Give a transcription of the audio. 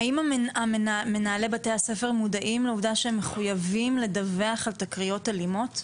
האם מנהלי בתי הספר מודעים לעובדה שהם מחוייבים לדווח על תקריות אלימות?